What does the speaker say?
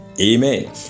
Amen